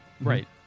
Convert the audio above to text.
Right